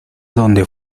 donde